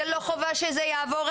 זה לא חובה שזה יעבור.